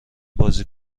بازی